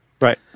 Right